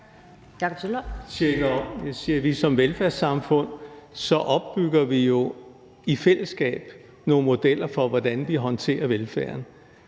ikke noget om. Jeg siger, at vi som velfærdssamfund jo i fællesskab opbygger nogle modeller for, hvordan vi håndterer velfærden.